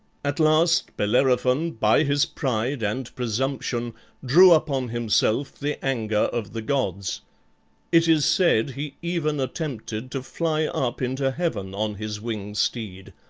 at last bellerophon by his pride and presumption drew upon himself the anger of the gods it is said he even attempted to fly up into heaven on his winged steed,